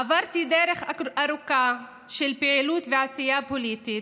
עברתי דרך ארוכה של פעילות ועשייה פוליטית,